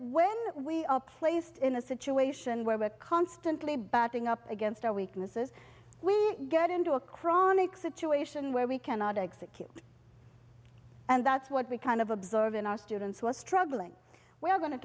when we are placed in a situation where we are constantly batting up against our weaknesses we get into a chronic situation where we cannot execute and that's what we kind of observe in our students who are struggling we're go